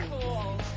Cool